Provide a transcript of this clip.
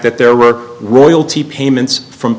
that there were royalty payments from